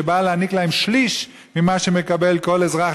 שבא להעניק להם שליש ממה שמקבל כל אזרח